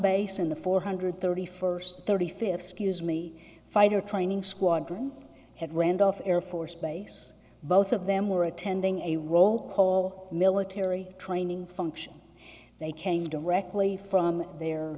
in the four hundred thirty first thirty fifth scuse me fighter training squadron at randolph air force base both of them were attending a roll call military training function they came directly from their